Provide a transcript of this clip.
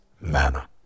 manner